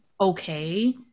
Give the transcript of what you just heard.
okay